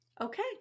Okay